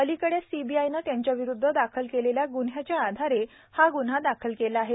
अलिकडेच सीबीआयनं त्यांच्याविरुद्ध दाखल केलेल्या गुन्ह्याच्या आधारे हा ग्न्हा दाखल केला आहे